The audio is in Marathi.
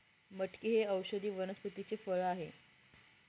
मटकी हे औषधी वनस्पतीचे फळ आहे